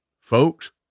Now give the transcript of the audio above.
Folks